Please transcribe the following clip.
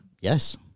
Yes